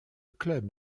club